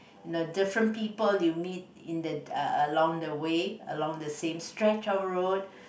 know different people you in the along the way along the same stretch of road